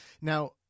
Now